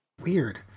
Weird